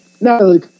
No